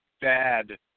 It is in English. bad